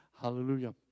Hallelujah